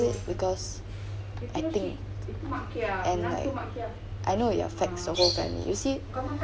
because I think and like I know it affects the whole family you see